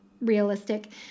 realistic